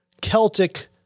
Celtic